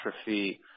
atrophy